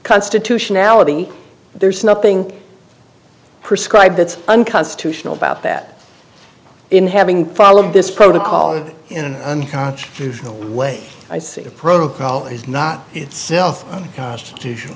constitutionality there's nothing prescribed that's unconstitutional about that in having followed this protocol in an unconstitutional way i see a protocol is not itself constitutional